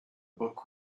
book